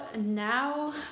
now